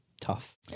tough